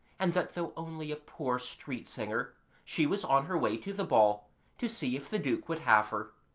and that though only a poor street singer she was on her way to the ball to see if the duke would have her.